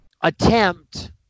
attempt